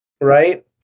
Right